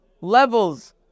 levels